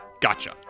gotcha